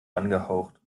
angehaucht